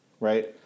right